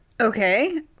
okay